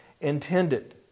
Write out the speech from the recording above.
intended